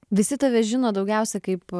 visi tave žino daugiausia kaip